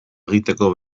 egiteko